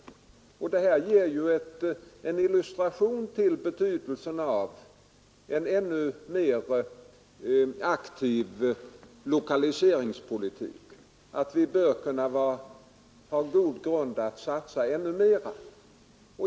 De påtalade förhållandena ger ju en illustration till betydelsen av en ännu mer aktiv lokaliseringspolitik. Vi har en god grund för att satsa ännu mera.